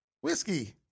Whiskey